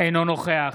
אינו נוכח